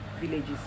villages